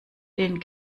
den